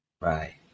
Right